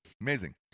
Amazing